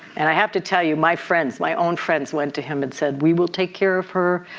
and i have to tell you, my friends my own friends went to him and said we will take care of her.